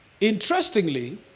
Interestingly